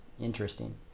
Interesting